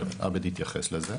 עבד התייחס לזה,